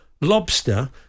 lobster